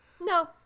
No